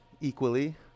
equally